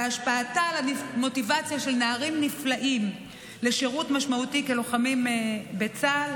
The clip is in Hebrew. ומהשפעתה על המוטיבציה של נערים נפלאים לשירות משמעותי כלוחמים בצה"ל,